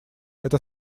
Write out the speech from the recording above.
это